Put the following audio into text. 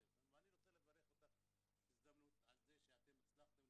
הכשרת אנשי מקצוע שפועלים בקהילה שם לקידום הנושא של הצלת חיים